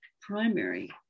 primary